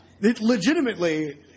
legitimately